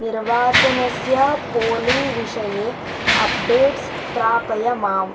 निर्वाचनस्य पोलिङ्ग् विषये अप्डेट्स् प्रापय माम्